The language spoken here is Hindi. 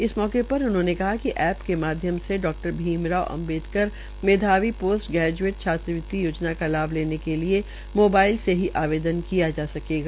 इस अवसर पर उन्होंने कहा कि ऐप के माध्यम से डॉ भीमराव अम्बेडर मेधावी पोस्ट ग्रेज्ऐट छात्रवृति योजना का लाभ लेने के लिए मोबाइल से ही आवेदन किया जा सकेगा